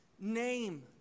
name